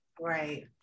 right